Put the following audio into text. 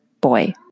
boy